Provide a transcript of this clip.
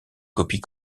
copie